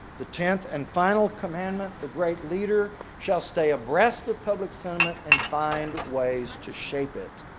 the tenth and final commandment the great leader shall stay abreast of public sentiment and find ways to shape it.